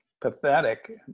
pathetic